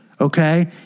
Okay